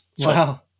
Wow